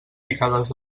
picades